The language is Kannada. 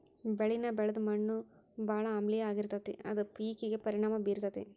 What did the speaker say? ಬೆಳಿನ ಬೆಳದ ಮಣ್ಣು ಬಾಳ ಆಮ್ಲೇಯ ಆಗಿರತತಿ ಅದ ಪೇಕಿಗೆ ಪರಿಣಾಮಾ ಬೇರತತಿ